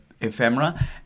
ephemera